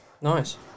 Nice